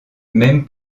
même